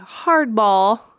hardball